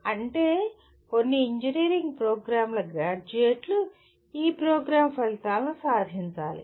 అంటే అన్ని ఇంజనీరింగ్ ప్రోగ్రామ్ల గ్రాడ్యుయేట్లు ఈ ప్రోగ్రామ్ ఫలితాలను సాధించాలి